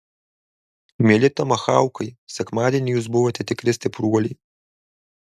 mieli tomahaukai sekmadienį jūs buvote tikri stipruoliai